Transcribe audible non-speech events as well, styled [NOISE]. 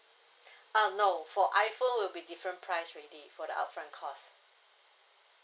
[BREATH] uh no for iphone will be different price already for the upfront cost